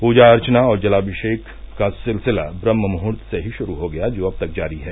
पूजा अर्चना और जलामिषेक का सिलसिला ब्रम्हमुहर्त से ही शुरू हो गया जो अब तक जारी है